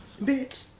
Bitch